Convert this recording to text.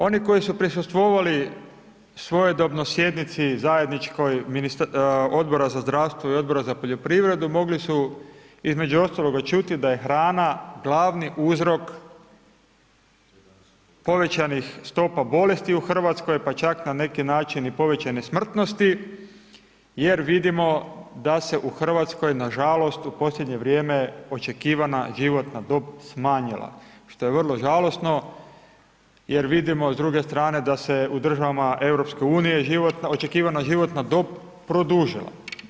Oni koji su prisustvovali svojedobno sjednici, zajedničkoj Odbora za zdravstvo i Odbora za poljoprivredu, mogli su između ostaloga čuti, da je hrana glavni uzrok povećanih stopa bolesti u Hrvatskoj, pa čak na neki način i povećane smrtnosti, jer vidimo da se u Hrvatskoj, nažalost, u posljednje vrijeme, očekivana životna dob smanjila, što je vrlo žalosno jer vidimo s druge strane da se u državama EU, očekivana životna dob produžila.